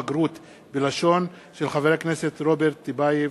הבגרות בלשון, הצעתו של חבר הכנסת רוברט טיבייב.